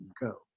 Go